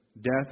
death